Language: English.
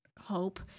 hope